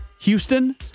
Houston